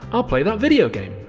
i'll play that video game!